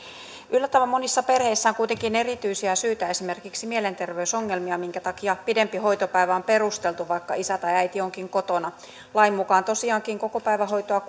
yllättävän monissa perheissä on kuitenkin erityisiä syitä esimerkiksi mielenterveysongelmia minkä takia pidempi hoitopäivä on perusteltu vaikka isä tai äiti onkin kotona lain mukaan tosiaankin kokopäivähoitoa